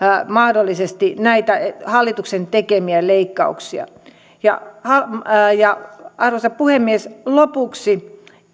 mahdollisesti näitä hallituksen tekemiä leikkauksia arvoisa puhemies lopuksi